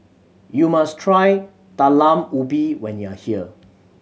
you must try Talam Ubi when you are here